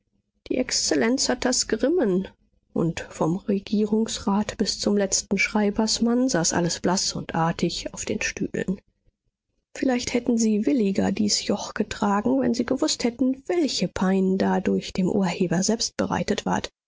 die exzellenz hat das grimmen und vom regierungsrat bis zum letzten schreibersmann saß alles blaß und artig auf den stühlen vielleicht hätten sie williger dies joch getragen wenn sie gewußt hätten welche pein dadurch dem urheber selbst bereitet ward